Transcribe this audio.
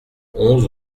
onze